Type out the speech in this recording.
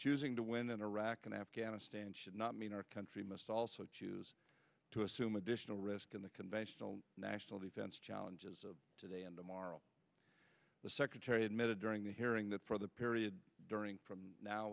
choosing to win in iraq and afghanistan should not mean our country must also choose to assume additional risk in the conventional national defense challenges of today and tomorrow the secretary admitted during the hearing that for the period during from now